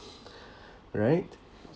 right